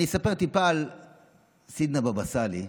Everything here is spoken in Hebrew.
אני אספר טיפה על סידנא בבא סאלי,